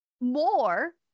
more